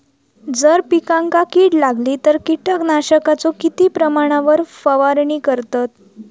जर पिकांका कीड लागली तर कीटकनाशकाचो किती प्रमाणावर फवारणी करतत?